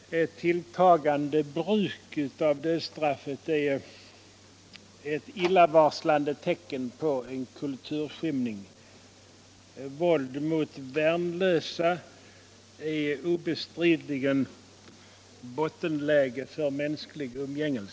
Ett tilltagande bruk av dödsstraffet är ett illavarslande tecken på en kulturskymning. Våld mot värnlösa är obestridligen bottenläget för mänskligt umgänge.